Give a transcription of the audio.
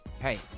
Hey